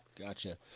Gotcha